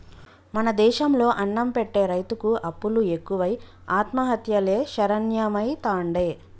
మన దేశం లో అన్నం పెట్టె రైతుకు అప్పులు ఎక్కువై ఆత్మహత్యలే శరణ్యమైతాండే